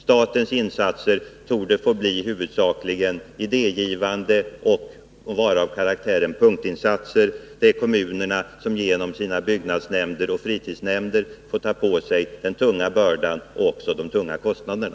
Statens insatser torde få bli huvudsakligen idégivande och vara av karaktären punktinsatser. Det är kommunerna som genom sina byggnadsnämnder och fritidsnämnder får ta på sig den tunga bördan och också de tunga kostnaderna.